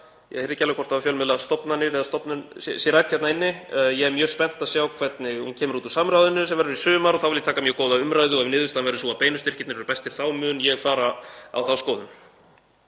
sjá þetta líka, ég vil að fjölmiðlastefnan verði rædd hér og ég er mjög spennt að sjá hvernig hún kemur út úr samráðinu sem verður í sumar. Þá vil ég taka mjög góða umræðu og ef niðurstaðan verður sú að beinu styrkirnir eru bestir þá mun ég fara á þá skoðun.“